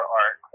art